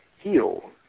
heal